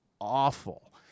awful